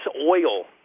Oil